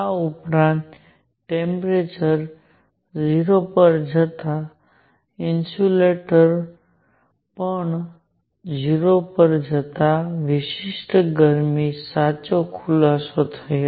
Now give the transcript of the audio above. આ ઉપરાંત ટેમ્પરેચર 0 પર જતા ઇન્સ્યુલેટર્સ પણ 0 પર જતા વિશિષ્ટ ગરમીનો સાચો ખુલાસો થયો